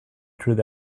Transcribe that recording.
through